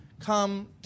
come